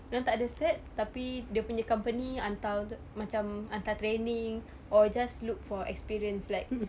dia orang tak ada cert tapi dia punya company hantar untuk macam hantar training or just look for experience like